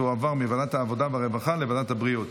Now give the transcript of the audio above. תועבר מוועדת העבודה והרווחה לוועדת הבריאות.